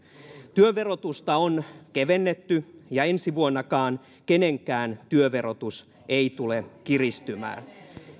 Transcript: työn verotusta on kevennetty ja ensi vuonnakaan kenenkään työn verotus ei tule kiristymään